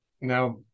Now